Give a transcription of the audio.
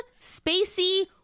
spacey